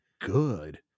good